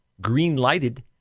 green-lighted